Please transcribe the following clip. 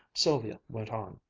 sylvia went on.